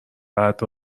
بعد